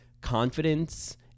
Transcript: confidence